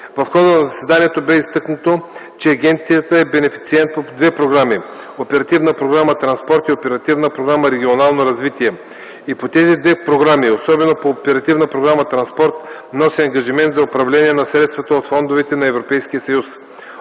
В хода на заседанието бе изтъкнато, че Агенцията е бенефициент по две програми – Оперативна програма „Транспорт” и Оперативна програма „Регионално развитие” и по тези две програми, и особено по Оперативна програма „Транспорт” носи ангажимент за управление на средства от фондовете на Европейския съюз.